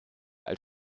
als